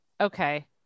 okay